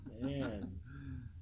Man